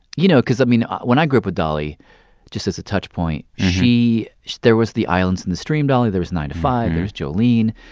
you know, because, i mean, when i grew up with dolly just as a touchpoint, she she there was the islands in the stream dolly. there was nine to five. there was jolene.